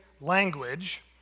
language